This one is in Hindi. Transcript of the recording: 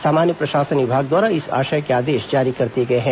सामान्य प्रशासन विभाग द्वारा इस आशय के आदेश जारी कर दिए गए हैं